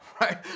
Right